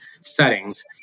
settings